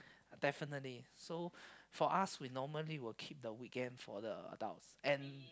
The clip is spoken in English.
definitely so for us we normally will keep the weekend for the adults and